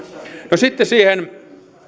no sitten siihen